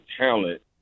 talent